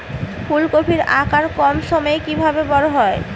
ফুলকপির আকার কম সময়ে কিভাবে বড় হবে?